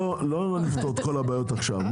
לא נפתור את כל הבעיות עכשיו.